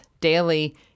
daily